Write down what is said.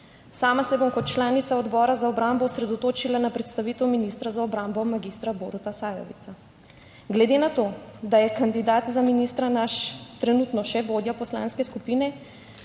Sama se bom kot članica Odbora za obrambo osredotočila na predstavitev ministra za obrambo, magistra Boruta Sajovica. Glede na to, da je kandidat za ministra naš trenutno še vodja poslanske skupine,